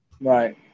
Right